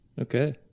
Okay